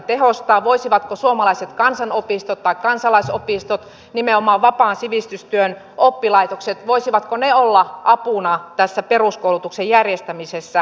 voisivatko suomalaiset kansanopistot tai kansalaisopistot nimenomaan vapaan sivistystyön oppilaitokset olla apuna tässä peruskoulutuksen järjestämisessä